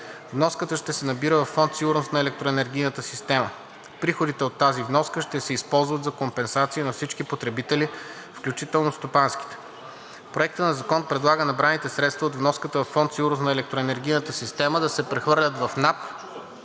Вноската ще се набира от Фонд „Сигурност на електроенергийната система“. Приходите от тази вноска ще се използват за компенсация на всички потребители, включително стопанските. Проектът на закон предлага набраните средства от вноската във Фонд „Сигурност на електроенергийната система“ да се прехвърлят в НАП